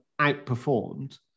outperformed